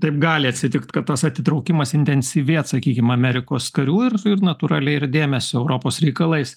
taip gali atsitikt kad tas atitraukimas intensyvėt sakykim amerikos karių ir ir natūraliai ir dėmesio europos reikalais